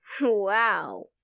Wow